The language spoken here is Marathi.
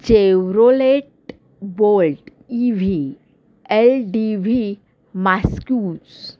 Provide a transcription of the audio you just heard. Chevrolet Bolt E V L D V मास्क्यूज